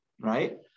right